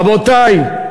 רבותי,